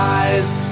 eyes